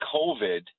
COVID